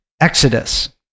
Exodus